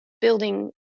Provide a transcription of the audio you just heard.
building